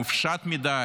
מופשט מדי,